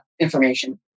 information